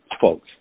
folks